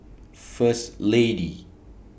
First Lady